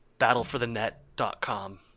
Battleforthenet.com